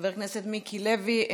חבר הכנסת מיקי לוי,